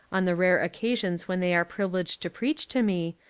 on the rare occasions when they are privileged to preach to me,